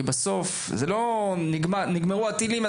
כי בסוף זה לא נגמרו הטילים,